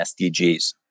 SDGs